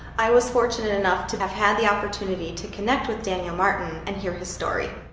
i was fortunate enough to have had the opportunity to connect with daniel martin and hear his story.